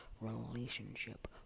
relationship